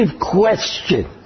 question